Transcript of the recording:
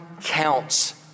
counts